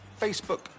Facebook